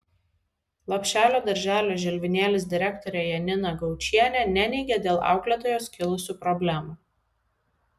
lopšelio darželio žilvinėlis direktorė janina gaučienė neneigia dėl auklėtojos kilusių problemų